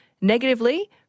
negatively